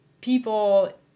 people